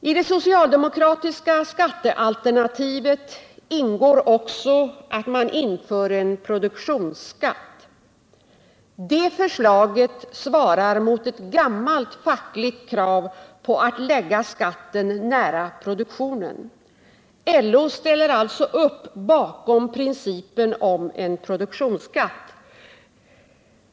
I det socialdemokratiska skattealternativet ingår också att man inför en produktionsskatt. Det förslaget svarar mot ett gammalt fackligt krav på att lägga skatten nära produktionen. LO ställer alltså upp bakom principen om en produktionsskatt.